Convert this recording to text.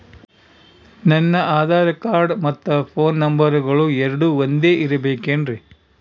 ನನ್ನ ಆಧಾರ್ ಕಾರ್ಡ್ ಮತ್ತ ಪೋನ್ ನಂಬರಗಳು ಎರಡು ಒಂದೆ ಇರಬೇಕಿನ್ರಿ?